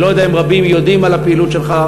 אני לא יודע אם רבים יודעים על הפעילות שלך,